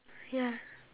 ya